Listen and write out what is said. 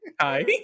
Hi